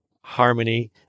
harmony